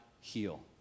heal